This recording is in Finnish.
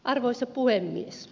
arvoisa puhemies